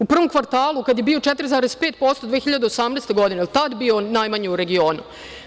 U prvom kvartalu kad je bio 4,5% 2018. godine, jel tada bio najmanji u regionu?